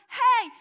hey